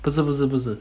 不是不是不是